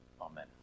Amen